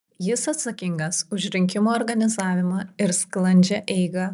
jis atsakingas už rinkimų organizavimą ir sklandžią eigą